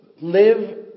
live